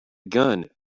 gun